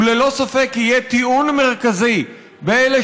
הוא ללא ספק יהיה טיעון מרכזי לאלה